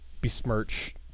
besmirch